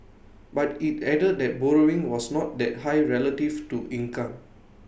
but IT added that borrowing was not that high relative to income